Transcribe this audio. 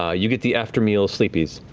ah you get the after-meal sleepies.